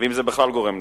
ואם זה בכלל גורם נזק.